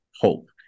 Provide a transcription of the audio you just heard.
hope